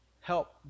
Help